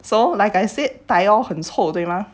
so like I said thiol 很臭对吗